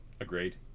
Agreed